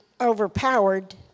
overpowered